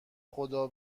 خدا